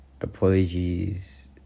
apologies